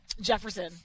Jefferson